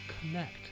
connect